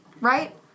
right